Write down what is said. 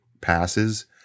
passes